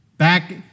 Back